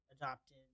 adopted